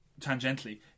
tangentially